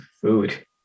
food